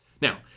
Now